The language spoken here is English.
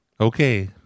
Okay